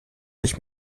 ich